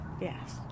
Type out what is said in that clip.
Yes